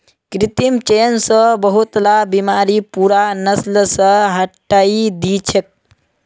कृत्रिम चयन स बहुतला बीमारि पूरा नस्ल स हटई दी छेक